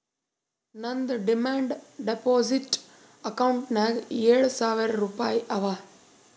ನಂದ್ demand deposit ಅಕೌಂಟ್ನಾಗ್ ಏಳ್ ಸಾವಿರ್ ರುಪಾಯಿ ಅವಾ